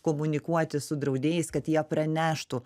komunikuoti su draudėjais kad jie praneštų